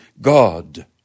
God